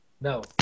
No